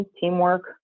teamwork